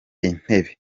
intebe